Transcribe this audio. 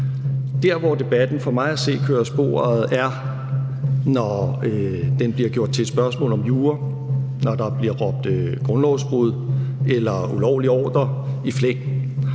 Der, hvor debatten for mig at se kører af sporet, er, når den bliver gjort til et spørgsmål om jura, når der bliver råbt »grundlovsbrud« eller »ulovlig ordre« i flæng.